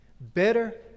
better